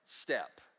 step